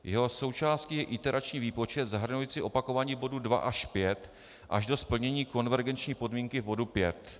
Jeho součástí je iterační výpočet, zahrnující opakování bodů 2 až 5, až do splnění konvergenční podmínky v bodu 5.